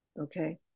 Okay